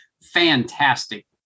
fantastic